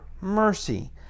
mercy